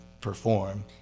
perform